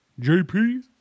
JP